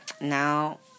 now